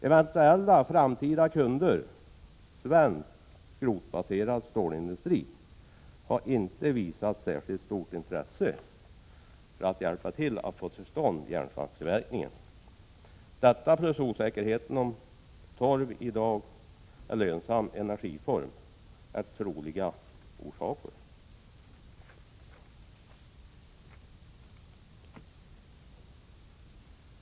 Eventuella framtida kunder, svensk skrotbaserad stålindustri, har inte visat särskilt stort intresse för att hjälpa till att få till stånd järnsvampstillverkning. Detta plus osäkerheten om torv i dag är en lönsam energiform är troliga orsaker.